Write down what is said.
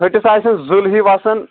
ہٹِس آسہِ زٕلۍ ہِوۍ وسان